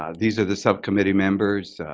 ah these are the subcommittee members